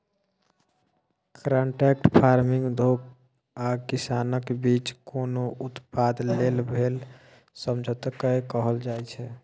contract farming उद्योग आ किसानक बीच कोनो उत्पाद लेल भेल समझौताकेँ कहल जाइ छै